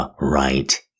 right